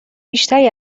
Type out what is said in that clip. بیشتری